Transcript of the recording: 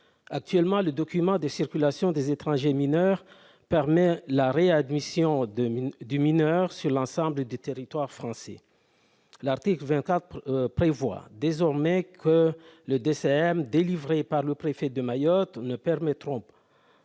Actuellement, le document de circulation pour étranger mineur, le DCEM, permet la réadmission du mineur sur l'ensemble du territoire français. L'article 24 prévoit désormais que les DCEM délivrés par le préfet de Mayotte ne permettront une